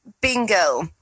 bingo